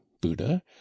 buddha